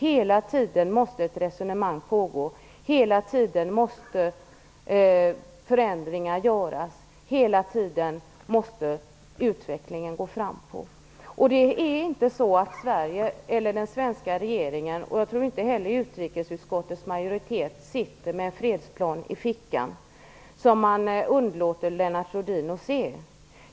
Hela tiden måste ett resonemang pågå. Hela tiden måste förändringar göras. Hela tiden måste utvecklingen gå framåt. Det är inte så att Sverige, den svenska regeringen eller utrikesutskottets majoritet sitter med en fredsplan i fickan som man nekar Lennart Rohdin att få se.